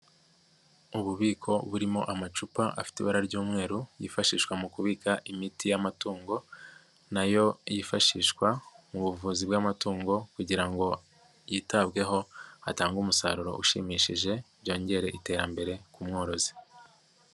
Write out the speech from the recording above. Ububiko burimo amacupa afite ibara ry'umweru, yifashishwa mu kubika imiti y'amatungo, na yo yifashishwa mu buvuzi bw'amatungo kugira ngo yitabweho, hatange umusaruro ushimishije, byongere iterambere ku mworozi.